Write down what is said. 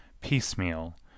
piecemeal